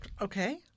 Okay